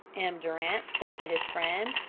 m. durant said to his friend.